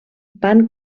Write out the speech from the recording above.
van